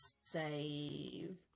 save